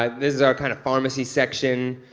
um this is our kind of pharmacy section.